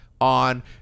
on